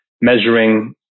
measuring